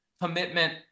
commitment